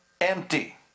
empty